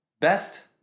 best